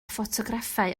ffotograffau